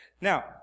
Now